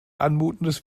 anmutendes